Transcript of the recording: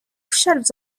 shelves